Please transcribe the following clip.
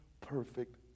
perfect